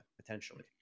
potentially